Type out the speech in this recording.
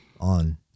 on